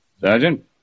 Sergeant